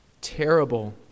Terrible